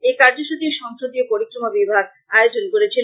এই কার্যসূচী সংসদীয় পরিক্রমা বিভাগ আয়োজন করেছিল